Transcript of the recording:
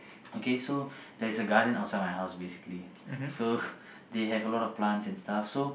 okay so there's a garden outside my house basically so they have a lot of plants and stuff so